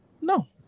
No